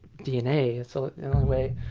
dna so in a way.